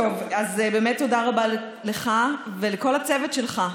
באמת תודה רבה לך ולכל הצוות שלך,